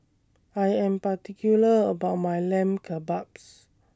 I Am particular about My Lamb Kebabs